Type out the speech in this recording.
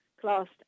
classed